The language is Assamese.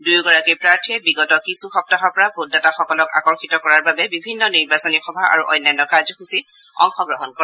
দুয়োগৰাকী প্ৰাৰ্থীয়ে বিগত কিছু সপ্তাহৰ পৰা ভোটদাতাসকলক আকৰ্ষিত কৰাৰ বাবে বিভিন্ন নিৰ্বাচনী সভা আৰু অন্যান্য কাৰ্যসূচীত অংশগ্ৰহণ কৰে